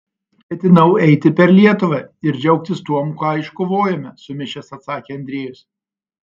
ketinau eiti per lietuvą ir džiaugtis tuom ką iškovojome sumišęs atsakė andriejus